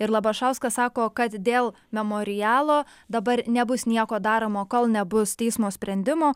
ir labašauskas sako kad dėl memorialo dabar nebus nieko daroma kol nebus teismo sprendimo